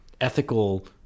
ethical